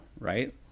right